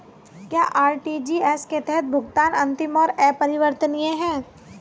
क्या आर.टी.जी.एस के तहत भुगतान अंतिम और अपरिवर्तनीय है?